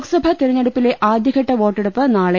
ലോക്സഭ തെരഞ്ഞെടുപ്പിലെ ആദ്യഘട്ട വോട്ടെടുപ്പ് നാളെ